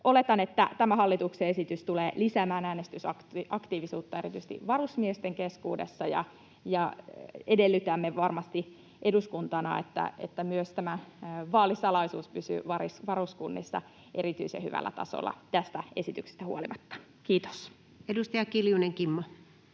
Oletan, että tämä hallituksen esitys tulee lisäämään äänestysaktiivisuutta erityisesti varusmiesten keskuudessa, ja edellytämme varmasti eduskuntana, että myös vaalisalaisuus pysyy varuskunnissa erityisen hyvällä tasolla tästä esityksestä huolimatta. — Kiitos. Edustaja Kiljunen, Kimmo.